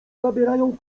zabierają